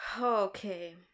Okay